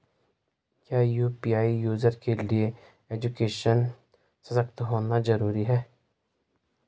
क्या UPI user के लिए एजुकेशनल सशक्त होना जरूरी है?